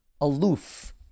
aloof